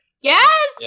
Yes